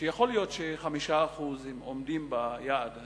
שיכול להיות ש-5% עומדים ביעד הזה.